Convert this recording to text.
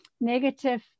negative